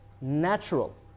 natural